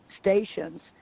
stations